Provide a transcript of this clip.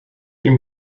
ihm